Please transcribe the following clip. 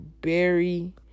Berry